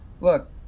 Look